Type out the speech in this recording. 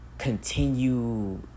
Continue